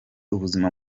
ubuzima